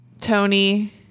Tony